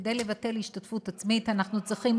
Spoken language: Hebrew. כדי לבטל השתתפות עצמית אנחנו צריכים